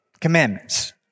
Commandments